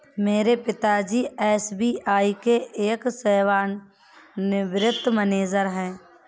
मेरे पिता जी एस.बी.आई के एक सेवानिवृत मैनेजर है